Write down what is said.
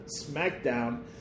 SmackDown